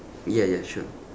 ya ya sure